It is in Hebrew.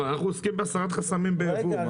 אבל אנחנו עוסקים בהסרת חסמים ביבוא,